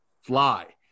fly